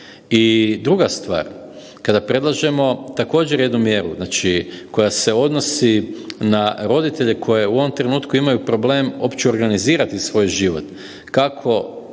I druga stvar kada predlažemo također jednu mjeru, znači koja se odnosi na roditelje koji u ovom trenutku imaju problem uopće organizirati svoj život kako